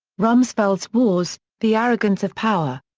rumsfeld's wars the arrogance of power.